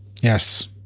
Yes